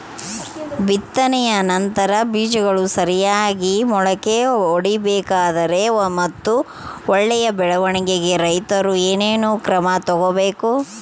ಬಿತ್ತನೆಯ ನಂತರ ಬೇಜಗಳು ಸರಿಯಾಗಿ ಮೊಳಕೆ ಒಡಿಬೇಕಾದರೆ ಮತ್ತು ಒಳ್ಳೆಯ ಬೆಳವಣಿಗೆಗೆ ರೈತರು ಏನೇನು ಕ್ರಮ ತಗೋಬೇಕು?